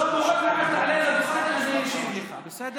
שלמה, עוד מעט תעלה לדוכן, אני אשיב לך, בסדר?